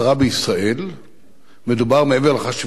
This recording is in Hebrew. מדובר, מעבר לחשיבות של הבאת הון זר ארצה